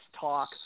talk